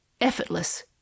effortless